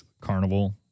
Carnival